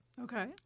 Okay